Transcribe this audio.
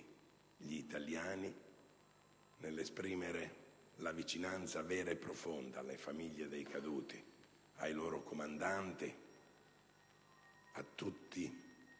gli italiani nell'esprimere la vicinanza vera e profonda alle famiglie dei caduti, ai loro comandanti e a tutti